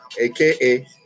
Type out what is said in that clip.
aka